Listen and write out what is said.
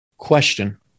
Question